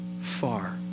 far